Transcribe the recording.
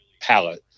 palette